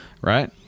right